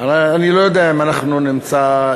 אני לא יודע אם אנחנו נמצאים